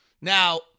Now